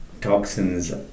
toxins